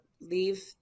leave